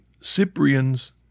Cyprian's